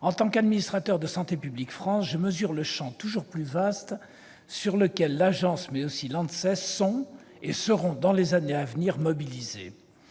En tant qu'administrateur de Santé publique France, je mesure le champ toujours plus vaste sur lequel l'agence mais aussi l'ANSES sont et seront mobilisées dans les années à venir.